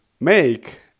make